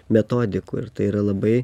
metodikų ir tai yra labai